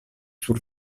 sur